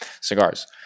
cigars